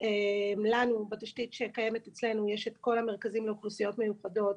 לנו בתשתית שקיימת אצלנו יש את כל המרכזים לאוכלוסיות מיוחדות.